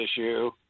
issue